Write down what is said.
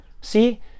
See